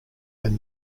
than